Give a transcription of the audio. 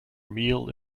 meal